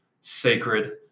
sacred